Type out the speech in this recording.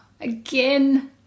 again